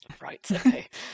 Right